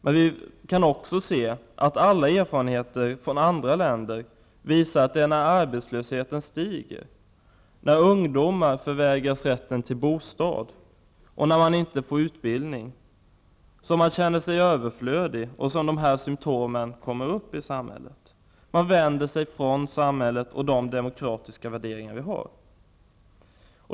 Men alla erfarenheter från andra länder visar att det är när arbetslösheten stiger och när ungdomar förvägras rätten till bostad och inte får utbildning som de känner sig överflödiga och som dessa symtom uppstår i samhället. Ungdomarna vänder sig då från samhället och de demokratiska värderingarna.